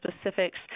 specifics